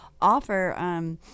offer –